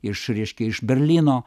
iš reiškia iš berlyno